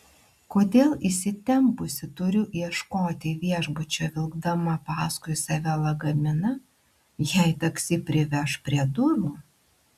kodėl įsitempusi turiu ieškoti viešbučio vilkdama paskui save lagaminą jei taksi priveš prie durų